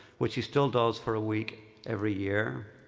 which he still does for a week every year.